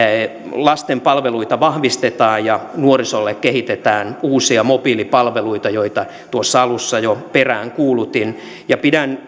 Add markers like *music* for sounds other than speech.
lasten palveluita vahvistetaan ja nuorisolle kehitetään uusia mobiilipalveluita joita tuossa alussa jo peräänkuulutin pidän *unintelligible*